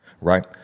right